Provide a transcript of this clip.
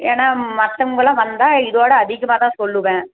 ஏன்னால் மற்றவங்க எல்லாம் வந்தால் இதை விட அதிகமாத்தான் சொல்லுவேன்